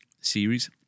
series